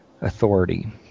Authority